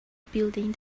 building